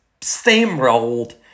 steamrolled